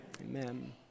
Amen